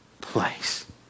place